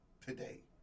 today